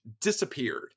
disappeared